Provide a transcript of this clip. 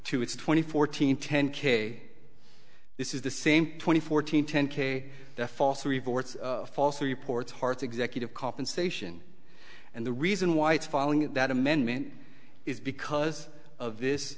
to its twenty fourteen ten k this is the same twenty fourteen ten k that false reports false reports hearts executive compensation and the reason why it's following that amendment is because of this